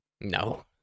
No